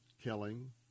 killing